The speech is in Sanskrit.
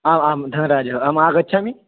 आम् आं धनराजः अहम् आगच्छामि